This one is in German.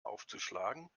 aufzuschlagen